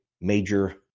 major